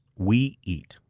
we eat.